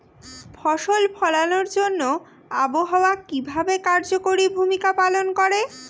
ফসল ফলানোর জন্য আবহাওয়া কিভাবে কার্যকরী ভূমিকা পালন করে?